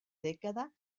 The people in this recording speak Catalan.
dècada